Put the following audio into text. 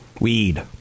Weed